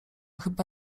chyba